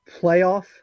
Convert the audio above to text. playoff